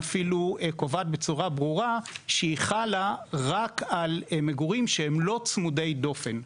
אפילו קובעת בצורה ברורה שהיא חלה רק על מגורים שהם לא צמודי דופן.